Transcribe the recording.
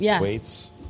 Weights